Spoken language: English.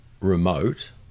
remote